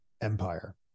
empire